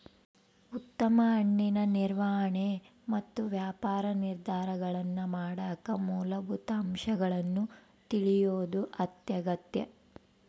ಉತ್ತಮ ಹಣ್ಣಿನ ನಿರ್ವಹಣೆ ಮತ್ತು ವ್ಯಾಪಾರ ನಿರ್ಧಾರಗಳನ್ನಮಾಡಕ ಮೂಲಭೂತ ಅಂಶಗಳನ್ನು ತಿಳಿಯೋದು ಅತ್ಯಗತ್ಯ